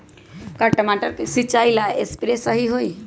का टमाटर के सिचाई ला सप्रे सही होई?